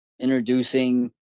Introducing